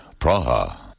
Praha